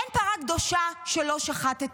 אין פרה קדושה שלא שחטתם,